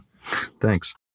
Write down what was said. Thanks